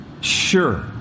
Sure